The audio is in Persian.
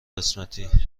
قسمتی